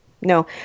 No